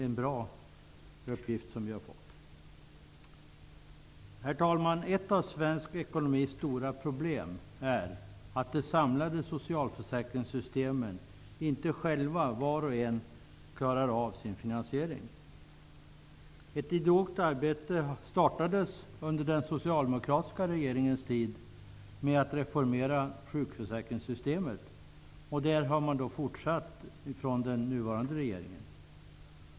Ett stort problem för den svenska ekonomin är att socialförsäkringssystemen inte själva, var och en, klarar av sin finansiering. Under den socialdemokratiska regeringens tid startades ett idogt arbete med att reformera sjukförsäkringssystemet. Det arbetet har den nuvarande regeringen fortsatt med.